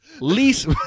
Least